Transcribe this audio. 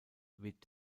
weht